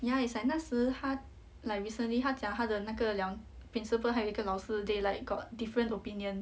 ya it's like 那时她 like recently 她讲她的那个两 principal 还有一个老师 they like got different opinion